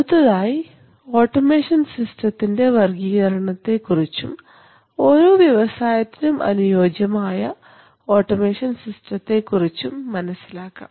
അടുത്തതായി ഓട്ടോമേഷൻ സിസ്റ്റതിൻറെ വർഗ്ഗീകരണത്തെക്കുറിച്ചും ഓരോ വ്യവസായത്തിനും അനുയോജ്യമായ ഓട്ടോമേഷൻ സിസ്റ്റത്തെക്കുറിച്ചും മനസ്സിലാക്കാം